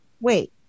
wait